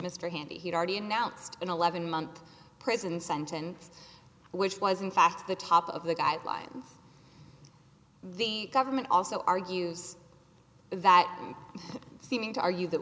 mr handy he'd already announced an eleven month prison sentence which was in fact the top of the guidelines the government also argues that seeming to argue that